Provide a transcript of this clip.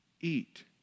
eat